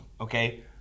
Okay